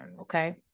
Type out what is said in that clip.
Okay